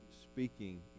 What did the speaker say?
speaking